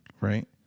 Right